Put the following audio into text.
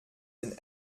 den